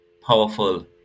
powerful